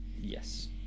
Yes